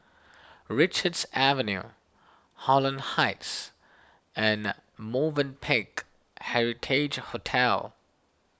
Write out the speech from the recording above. Richards Avenue Holland Heights and Movenpick Heritage Hotel